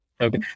Okay